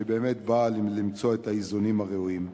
שבאמת באה למצוא את האיזונים הראויים.